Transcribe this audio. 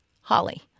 Holly